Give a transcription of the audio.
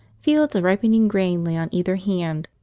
fields of ripening grain lay on either hand,